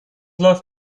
läuft